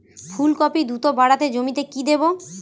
ফুলকপি দ্রুত বাড়াতে জমিতে কি দেবো?